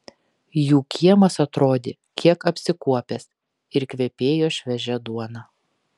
jų kiemas atrodė kiek apsikuopęs ir kvepėjo šviežia duona